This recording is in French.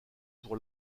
pour